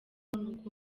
n’uko